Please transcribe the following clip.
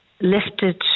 lifted